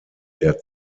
der